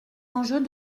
enjeux